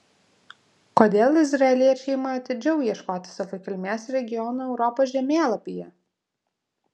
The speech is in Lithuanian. kodėl izraeliečiai ima atidžiau ieškoti savo kilmės regionų europos žemėlapyje